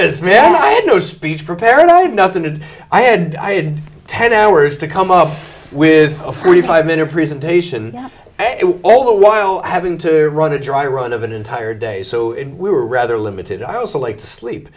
had no speech prepared i had nothing to do i had i had ten hours to come up with a forty five minute presentation all the while having to run a dry run of an entire day so we were rather limited i also like to sleep